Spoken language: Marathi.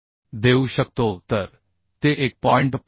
5 गुणिले d 0 म्हणून देऊ शकतो तर ते 1